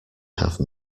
have